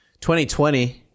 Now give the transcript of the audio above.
2020